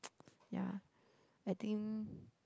yeah I think